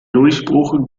durchbruch